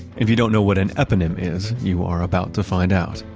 if you don't know what an eponym is, you are about to find out.